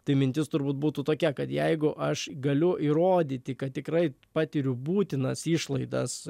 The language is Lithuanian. tai mintis turbūt būtų tokia kad jeigu aš galiu įrodyti kad tikrai patiriu būtinas išlaidas